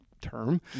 term